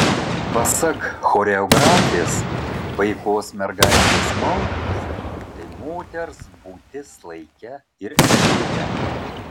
pasak choreografės paikos mergaitės maldos tai moters būtis laike ir erdvėje